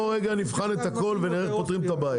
בוא נבחן את הכול ונראה איך פותרים את הבעיה.